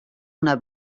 una